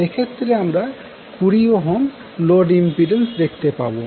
এক্ষেত্রে আমরা 20 load impedance দেখতে পাবো